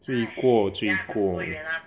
罪过罪过